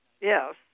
Yes